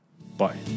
Bye